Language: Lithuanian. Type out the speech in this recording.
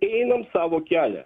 einam savo kelią